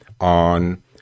on